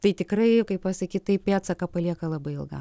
tai tikrai kaip pasakyt tai pėdsaką palieka labai ilgam